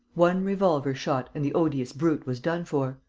one revolver-shot and the odious brute was done for.